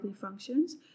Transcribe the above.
functions